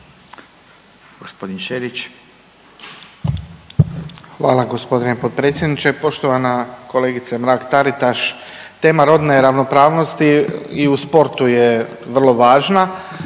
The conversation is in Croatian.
Hvala gospodine potpredsjedniče. Poštovana kolegice Mrak Taritaš, tema rodne ravnopravnosti i u sportu je vrlo važna